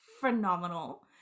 phenomenal